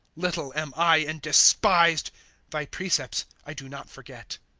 little am i and despised thy precepts i do not forget.